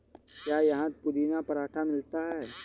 क्या यहाँ पुदीना पराठा मिलता है?